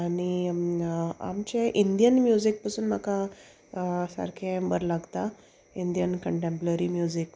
आनी आमचें Indian music पसून म्हाका सारकें बरें लागता इंडियन कंटेंप्ररी म्युजीक